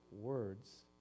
words